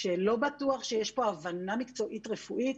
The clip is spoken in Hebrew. שלא בטוח שיש פה הבנה מקצועית רפואית.